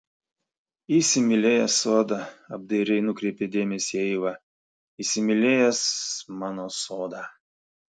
įsimylėjęs sodą apdairiai nukreipė dėmesį eiva įsimylėjęs mano sodą